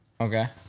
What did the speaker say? okay